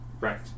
Right